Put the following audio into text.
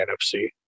NFC